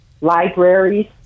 libraries